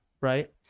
right